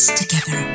together